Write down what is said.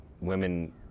women